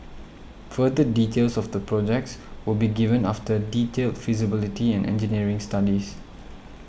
further details of the projects will be given after detailed feasibility and engineering studies